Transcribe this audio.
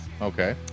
Okay